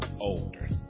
older